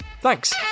Thanks